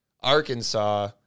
Arkansas